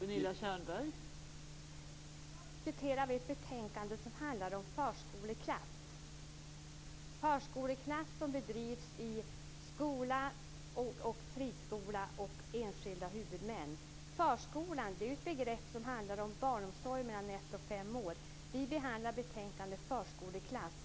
Fru talman! Nej. I dag diskuterar vi ett betänkande som handlar om förskoleklass som bedrivs i skola, friskola och av enskilda huvudmän. Förskolan är ett begrepp som används om barnomsorg för barn i åldrarna 1-5 år. Vi behandlar ett betänkande som gäller förskoleklass.